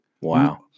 wow